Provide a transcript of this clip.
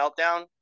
meltdown